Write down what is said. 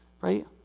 right